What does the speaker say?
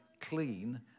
clean